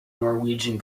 norwegian